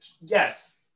Yes